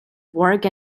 work